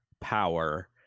power